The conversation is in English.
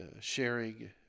sharing